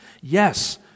Yes